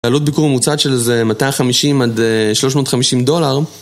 עלות ביקור ממוצעת של איזה 250 עד אה... 350 דולר